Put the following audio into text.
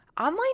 Online